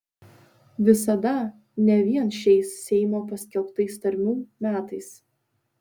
visada ne vien šiais seimo paskelbtais tarmių metais